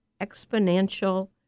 exponential